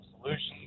solutions